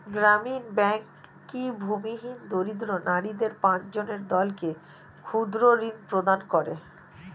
গ্রামীণ ব্যাংক কি ভূমিহীন দরিদ্র নারীদের পাঁচজনের দলকে ক্ষুদ্রঋণ প্রদান করে?